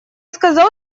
сказал